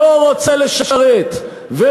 שלא רוצה לשרת, זה לא נכון.